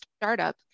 startup